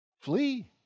flee